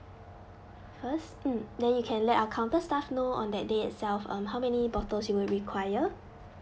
first mm then you can let our counter staff know on that day itself um how many bottles you will require